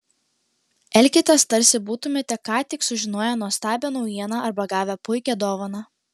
elkitės tarsi būtumėte ką tik sužinoję nuostabią naujieną arba gavę puikią dovaną